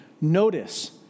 Notice